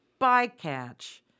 bycatch